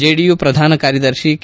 JDU ಪ್ರಧಾನ ಕಾರ್ಯದರ್ಶಿ K